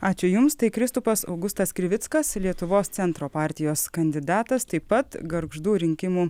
ačiū jums tai kristupas augustas krivickas lietuvos centro partijos kandidatas taip pat gargždų rinkimų